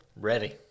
Ready